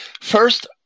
first